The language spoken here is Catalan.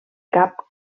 cap